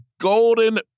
golden